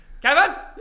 kevin